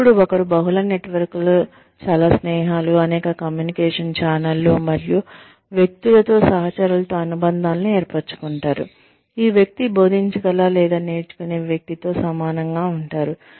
అప్పుడు ఒకరు బహుళ నెట్వర్క్లు చాలా స్నేహాలు అనేక కమ్యూనికేషన్ ఛానెల్లు మరియు వ్యక్తులతో సహచరులతో అనుబంధాలను ఏర్పరుచుకుంటారు ఈ వ్యక్తి బోధించగల లేదా నేర్చుకునే వ్యక్తితో సమానంగా ఉంటారు